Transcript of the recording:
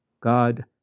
God